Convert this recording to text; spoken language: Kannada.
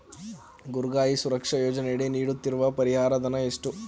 ಕುರಿಗಾಹಿ ಸುರಕ್ಷಾ ಯೋಜನೆಯಡಿ ನೀಡುತ್ತಿರುವ ಪರಿಹಾರ ಧನ ಎಷ್ಟು?